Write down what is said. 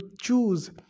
choose